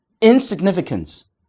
insignificance